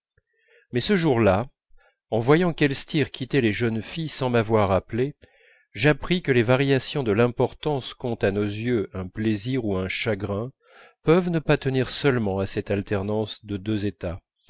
mais ce jour-là en voyant qu'elstir quittait les jeunes filles sans m'avoir appelé j'appris que les variations de l'importance qu'ont à nos yeux un plaisir ou un chagrin peuvent ne pas tenir seulement à cette alternance de deux états